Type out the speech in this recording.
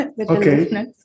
Okay